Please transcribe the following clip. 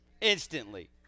Instantly